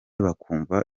bakumva